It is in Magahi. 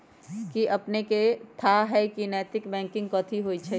कि अपनेकेँ थाह हय नैतिक बैंकिंग कथि होइ छइ?